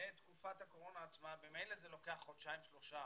ממילא זה אורך חודשיים-שלושה